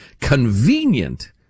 convenient